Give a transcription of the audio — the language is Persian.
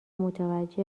متوجه